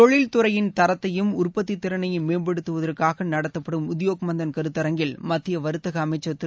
தொழிற்துறையில் தரத்தையும் உற்பத்தித்திறனையும் மேம்படுத்துவதற்காக நடத்தப்படும் உத்யோக் மந்தன் கருத்தரங்கில் மத்திய வர்த்தக அமைச்சர் திரு